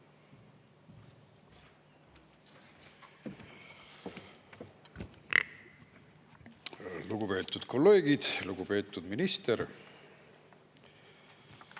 Lugupeetud kolleegid! Lugupeetud minister!